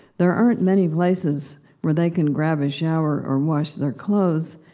there aren't many places where they can grab a shower or wash their clothes,